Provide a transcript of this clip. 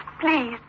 please